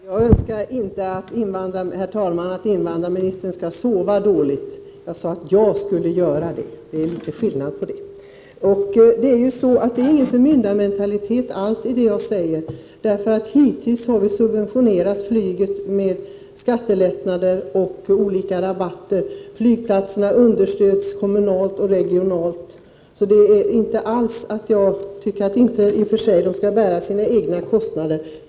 Herr talman! Det är inte min önskan att kommunikationsministern skall sova dåligt. Jag sade bara att jag skulle göra det — och det är litet skillnad. Jag ger inte alls uttryck för någon förmyndarmentalitet. Hittills har ju flyget subventionerats genom skattelättnader och olika rabatter. Flygplatserna understöds kommunalt och regionalt. Jag tycker att flyget skall bära sina egna kostnader.